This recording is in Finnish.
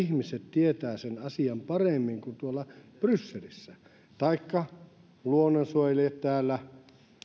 ihmiset tietävät sen asian paremmin kuin joku tuolla brysselissä taikka luonnonsuojelijat täällä